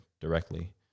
directly